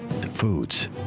foods